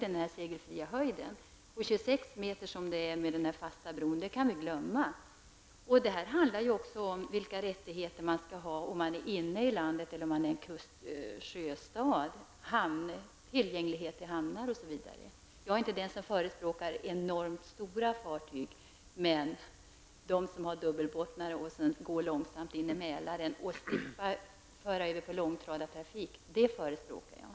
Den segelfria höjden 26 m, som finns vid den fasta bron, kan vi glömma. Det handlar också om vilka möjligheter en ort inne i landet resp. en sjöstad har i form av hamntillgänglighet osv. Jag tillhör inte dem som pläderar för enormt stora fartyg, men jag förespråkar fartyg med dubbla bottnar, fartyg som går långsamt in i Mälaren och som möjliggör att man slipper föra över last till långtradartrafik.